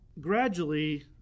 gradually